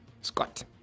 Scott